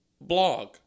blog